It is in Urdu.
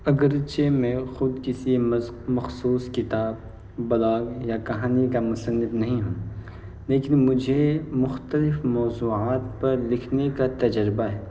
اگرچہ میں خود کسی مخصوص کتاب بلاگ یا کہانی کا مصنف نہیں ہوں لیکن مجھے مختلف موضوعات پر لکھنے کا تجربہ ہے